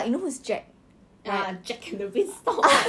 是别人没有看到的 is like you are